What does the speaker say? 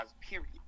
period